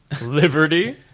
Liberty